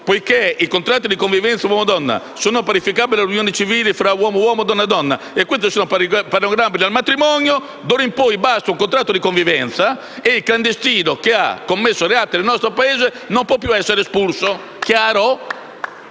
essendo i contratti di convivenza uomo-donna parificabili alle unioni civili tra uomo-uomo o donna-donna, ed essendo questi paragonabili al matrimonio, d'ora in poi basta un contratto di convivenza e il clandestino che ha commesso reati nel nostro Paese non può più essere espulso.